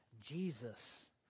Jesus